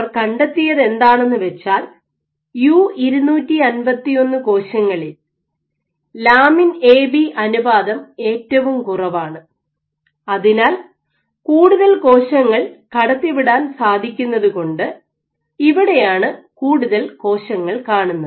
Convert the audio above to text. അവർ കണ്ടെത്തിയത് എന്താണെന്നുവച്ചാൽ യു 251 കോശങ്ങളിൽ ലാമിൻ എ ബി അനുപാതം ഏറ്റവും കുറവാണ് അതിനാൽ കൂടുതൽ കോശങ്ങൾ കടത്തിവിടാൻ സാധിക്കുന്നതുകൊണ്ട് ഇവിടെയാണ് കൂടുതൽ കോശങ്ങൾ കാണുന്നത്